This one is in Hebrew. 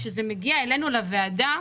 כשזה מגיע אלינו לוועדה,